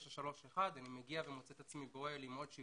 931. אני מגיע ומוצא את עצמי באוהל עם עוד 7